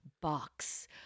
box